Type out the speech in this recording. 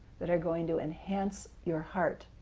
that are going to enhance your heart,